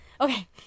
Okay